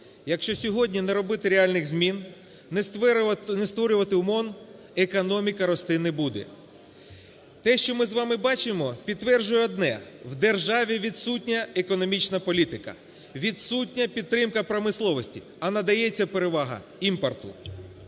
Якщо сьогодні не робити реальних змін, не створювати умов, економіка рости не буде. Те, що ми з вами бачимо, підтверджує одне: в державі відсутня економічна політика, відсутня підтримка промисловості, а надається перевага імпорту.